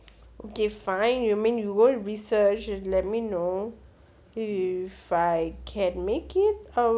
okay fine you mean you go and research and you let me know if I can make it I would